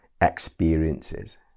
experiences